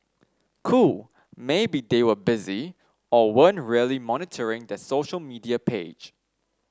cool maybe they were busy or weren't really monitoring their social media page